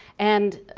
and